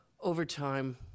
overtime